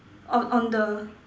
on on the